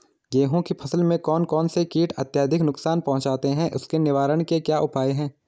गेहूँ की फसल में कौन कौन से कीट अत्यधिक नुकसान पहुंचाते हैं उसके निवारण के क्या उपाय हैं?